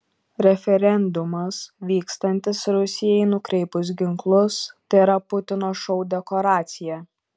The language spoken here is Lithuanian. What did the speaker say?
referendumas vykstantis rusijai nukreipus ginklus tėra putino šou dekoracija